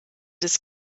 des